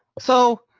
so,